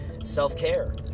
self-care